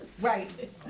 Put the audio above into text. Right